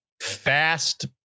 fast